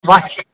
washing